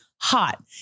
hot